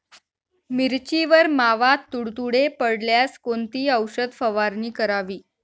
मिरचीवर मावा, तुडतुडे पडल्यास कोणती औषध फवारणी करावी?